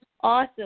awesome